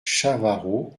chavarot